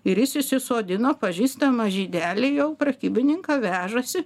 ir jis įsisodino pažįstamą žydelį jau prekybininką vežasi